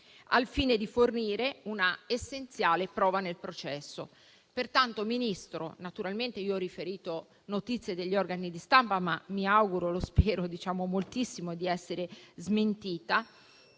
al fine di fornire una essenziale prova nel processo. Signor Ministro, io ho riferito notizie degli organi di stampa, mi auguro però e spero moltissimo di essere smentita.